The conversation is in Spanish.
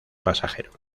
pasajero